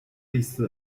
类似